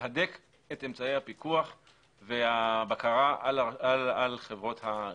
להדק את אמצעי הפיקוח והבקרה על חברות הגבייה,